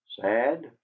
sad